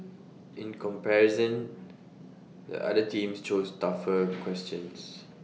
in comparison the other teams chose tougher questions